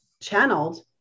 channeled